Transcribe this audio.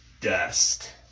dust